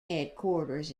headquarters